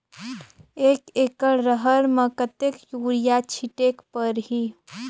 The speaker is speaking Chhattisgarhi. एक एकड रहर म कतेक युरिया छीटेक परही?